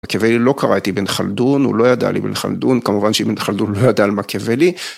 מקבלי לא קרא את איבן חלדון, הוא לא ידע על איבן חלדון, כמובן שאיבן חלדון לא ידע על מקבלי.